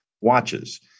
watches